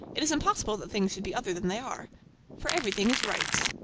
it is impossible that things should be other than they are for everything is right.